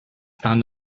found